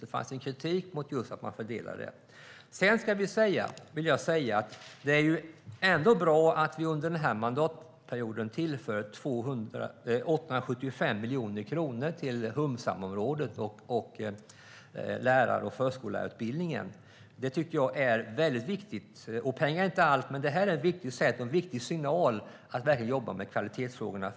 Det fanns kritik mot fördelningen. Det är ändå bra att vi under mandatperioden tillför 875 miljoner kronor till humsamområdet och lärar och förskollärarutbildningen. Det är viktigt. Pengar är inte allt, men detta är en viktig signal att verkligen jobba med kvalitetsfrågorna.